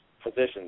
Positions